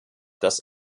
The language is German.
dass